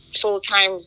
full-time